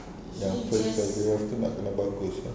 yang first paragraph tu nak kena bagus lah